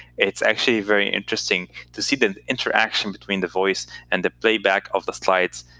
it's actually very interesting to see the interaction between the voice and the playback of the slides,